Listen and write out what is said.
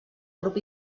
grup